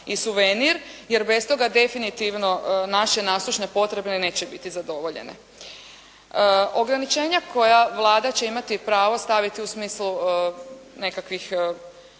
i suvenir, jer bez toga definitivno naše …/Govornica se ne razumije./… potrebe neće biti zadovoljene. Ograničenja koja Vlada će imati pravo staviti u smislu nekakvih